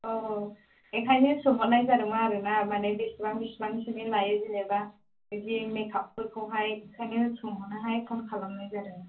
औ बेनिखायनो सोंहरनाय जादोंमोन आरो ना माने बेसेबां बेसेबांसोनि लायो जेनेबा बिदि मेकापफोरखौहाय ओंखायनो सोंहरनोहाय फन खालामनाय जादों